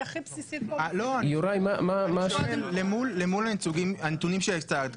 היא הכי בסיסית פה --- למול הנתונים שהצגת,